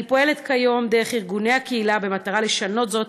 אני פועלת כיום דרך ארגוני הקהילה במטרה לשנות זאת.